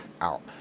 out